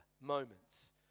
moments